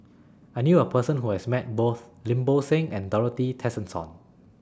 I knew A Person Who has Met Both Lim Bo Seng and Dorothy Tessensohn